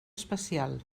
especial